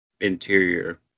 interior